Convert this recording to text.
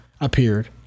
appeared